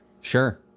Sure